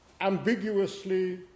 ambiguously